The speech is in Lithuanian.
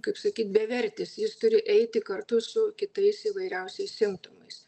kaip sakyt bevertis jis turi eiti kartu su kitais įvairiausiais simptomais